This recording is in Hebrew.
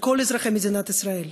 לכל מדינת ישראל,